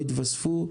יתוספו